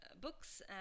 Books